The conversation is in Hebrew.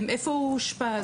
איפה הוא אושפז?